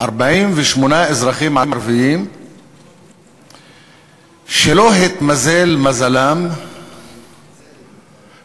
48 אזרחים ערבים שלא התמזל מזלם שתהיה